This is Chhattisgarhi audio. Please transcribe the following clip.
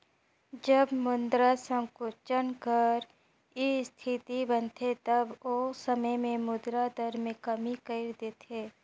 जब मुद्रा संकुचन कर इस्थिति बनथे तब ओ समे में मुद्रा दर में कमी कइर देथे